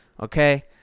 okay